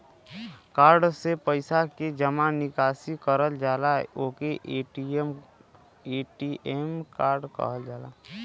card से पइसा के जमा निकासी करल जाला ओके ए.टी.एम कार्ड कहल जाला